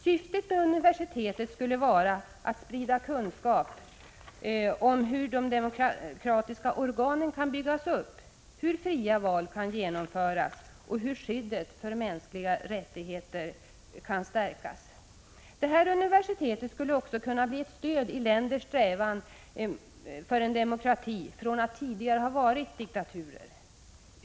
Syftet med universitetet skulle vara att sprida kunskap om hur de demokratiska organen kan byggas upp, hur fria val kan genomföras och hur skyddet för mänskliga rättigheter kan stärkas. Det här universitetet skulle också kunna bli ett stöd i länders strävan mot demokrati från att tidigare ha varit diktaturer.